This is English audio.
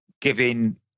giving